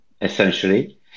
essentially